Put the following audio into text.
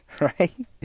right